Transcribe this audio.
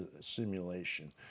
simulation